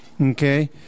okay